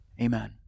Amen